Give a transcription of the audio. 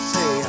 Say